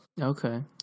Okay